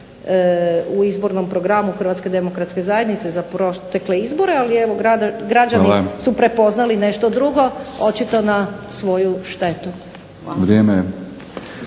u izbornom programu Hrvatske demokratske zajednice za protekle izbore. Ali evo, građani su prepoznali nešto drugo očito na svoju štetu.